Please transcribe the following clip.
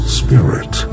spirit